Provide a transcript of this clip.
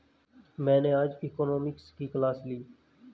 मैंने आज इकोनॉमिक्स की क्लास ली